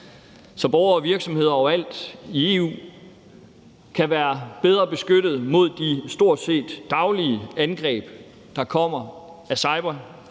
så borgere og virksomheder overalt i EU kan være bedre beskyttet mod de stort set daglige cyberangreb, der kommer, primært